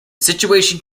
situation